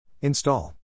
Install